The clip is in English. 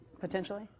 potentially